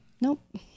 Nope